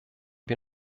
wir